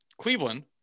Cleveland